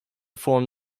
form